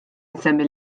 insemmi